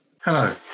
Hello